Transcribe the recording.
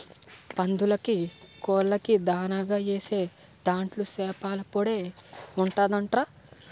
పందులకీ, కోళ్ళకీ దానాగా ఏసే దాంట్లో సేపల పొడే ఉంటదంట్రా